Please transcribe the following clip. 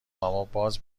ماباز